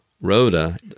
Rhoda